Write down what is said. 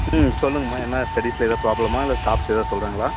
ம் சொல்லுங்கம்மா எதனா ஸ்டடிஸில் எதா ப்ராப்ளமா இல்லை ஸ்டாஃப்ஸ் எதாவது சொல்கிறாங்களா